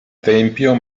tempio